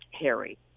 Harry